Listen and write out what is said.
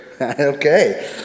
Okay